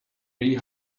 ree